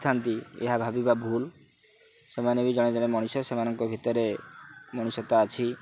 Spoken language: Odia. ଥାଆନ୍ତି ଏହା ଭାବିବା ଭୁଲ୍ ସେମାନେ ବି ଜଣେ ଜଣେ ମଣିଷ ସେମାନଙ୍କ ଭିତରେ ମଣିଷତା ଅଛି